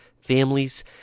families